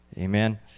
Amen